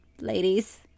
ladies